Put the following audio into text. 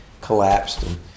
collapsed